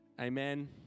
amen